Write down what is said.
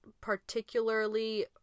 particularly